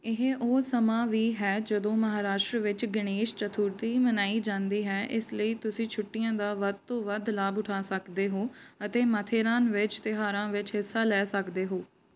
ਇਹ ਉਹ ਸਮਾਂ ਵੀ ਹੈ ਜਦੋਂ ਮਹਾਰਾਸ਼ਟਰ ਵਿੱਚ ਗਣੇਸ਼ ਚਤੁਰਥੀ ਮਨਾਈ ਜਾਂਦੀ ਹੈ ਇਸ ਲਈ ਤੁਸੀਂ ਛੁੱਟੀਆਂ ਦਾ ਵੱਧ ਤੋਂ ਵੱਧ ਲਾਭ ਉਠਾ ਸਕਦੇ ਹੋ ਅਤੇ ਮਾਥੇਰਾਨ ਵਿੱਚ ਤਿਉਹਾਰਾਂ ਵਿੱਚ ਹਿੱਸਾ ਲੈ ਸਕਦੇ ਹੋ